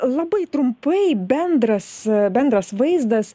labai trumpai bendras bendras vaizdas